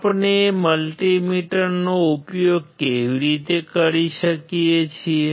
આપણે મલ્ટી મીટરનો ઉપયોગ કેવી રીતે કરી શકીએ